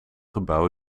gebouw